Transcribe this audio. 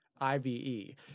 I-V-E